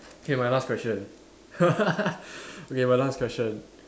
okay my last question okay my last question